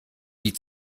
die